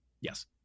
Yes